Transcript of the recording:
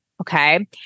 Okay